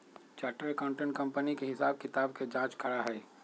chartered accountant company के हिसाब किताब के जाँच करा हई